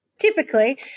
Typically